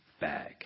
bag